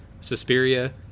Suspiria